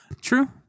True